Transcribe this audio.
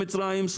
מצרים,